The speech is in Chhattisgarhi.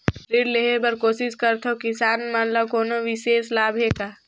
ऋण लेहे बर कोशिश करथवं, किसान मन ल कोनो विशेष लाभ हे का?